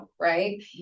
Right